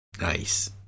Nice